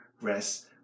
rest